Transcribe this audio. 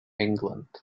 england